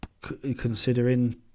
considering